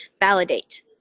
validate